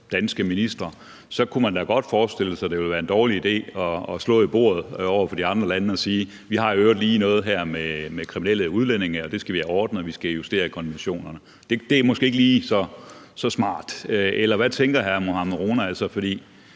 toppost, kunne man da godt forestille sig, at det ville være en dårlig idé at slå i bordet over for de andre lande og sige: Vi har i øvrigt lige et problem med kriminelle udlændinge, og det skal vi have ordnet, og vi skal have justeret konventionerne. Det er måske ikke lige så smart. Eller hvad tænker hr. Mohammad Rona